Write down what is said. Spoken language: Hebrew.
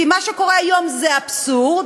כי מה שקורה היום זה אבסורד.